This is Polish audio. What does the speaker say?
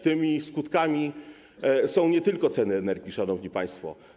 Tymi skutkami są nie tylko ceny energii, szanowni państwo.